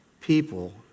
people